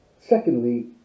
Secondly